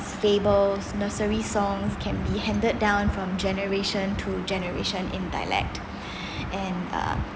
stables nursery songs can be handed down from generation to generation in dialect and uh